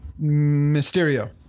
Mysterio